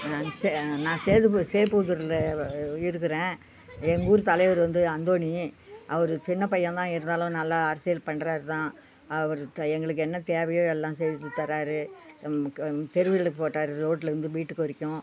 ச நான் சேதுபு சேபுதூரில் இருக்கிறேன் எங்கூர் தலைவர் வந்து அந்தோணி அவர் சின்ன பையனாக இருந்தாலும் நல்லா அரசியல் பண்ணுறாரு தான் அவருகிட்ட எங்களுக்கு என்ன தேவையோ எல்லாம் செஞ்சுத்தராரு தெருவிளக்கு போட்டார் ரோட்டிலருந்து வீட்டுக்கு வரைக்கும்